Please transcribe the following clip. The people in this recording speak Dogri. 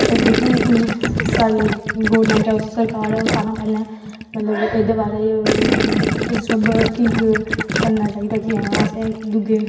जेह्ड़ी साढ़ी गौरमेंट ऐ सरकार ऐ उस नै सारें कोला पैह्लें मतलब एह्दे बारै ई बैठक करना चाहिदा की आं असें दूऐ